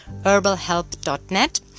HerbalHelp.net